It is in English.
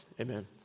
Amen